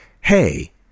Hey